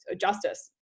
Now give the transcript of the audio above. justice